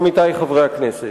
עמיתי חברי הכנסת,